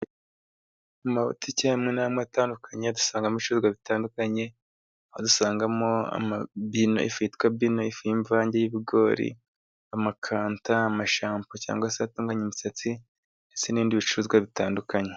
Mu mabutike amwe n'amwe atandukanye dusangamo ibicutuzwa bitandukanye, aho dusangamo ifu yitwa Bino ifu y'imvange y'ibigori, amakanta, amashampo, cyangwa se ahatunganya imisatsi, ndetse n'ibindi bicuruzwa bitandukanye.